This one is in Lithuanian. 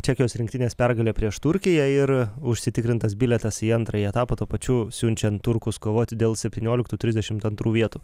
čekijos rinktinės pergalė prieš turkiją ir užsitikrintas bilietas į antrąjį etapą tuo pačiu siunčiant turkus kovoti dėl septynioliktų trisdešim antrų vietų